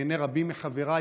בעיני רבים מחבריי,